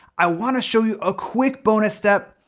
i wanna show you a quick bonus step,